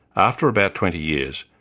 after about twenty years,